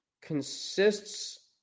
consists